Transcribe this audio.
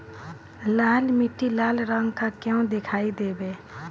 लाल मीट्टी लाल रंग का क्यो दीखाई देबे?